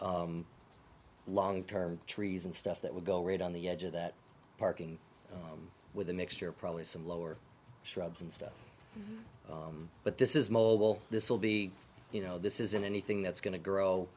long term trees and stuff that would go read on the edge of that parking with a mixture probably some lower shrubs and stuff but this is mobile this will be you know this isn't anything that's going to